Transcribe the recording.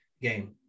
game